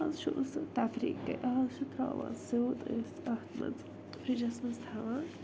اَز چھُ نہٕ سُہ تفریٖقٕے اَز چھِ ترٛاوان سیوٚد أسۍ اتھ مَنٛز فرٛجَس مَنٛز تھاوان